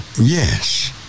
Yes